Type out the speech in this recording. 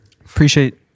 Appreciate